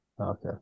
Okay